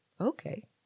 okay